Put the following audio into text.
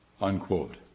unquote